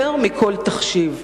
יותר מכל תחשיב.